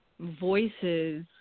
voices